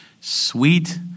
Sweet